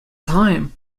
time